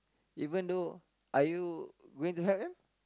even though are you going to help them